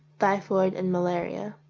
typhoid, and malaria.